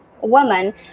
woman